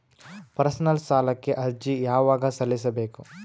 Personal ಸಾಲಕ್ಕೆ ಅರ್ಜಿ ಯವಾಗ ಸಲ್ಲಿಸಬೇಕು?